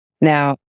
Now